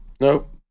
Nope